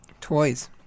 Toys